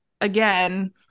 again